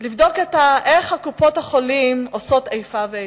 לבדוק איך קופות-החולים עושות איפה ואיפה,